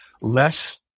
less